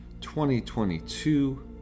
2022